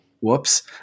whoops